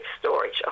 storage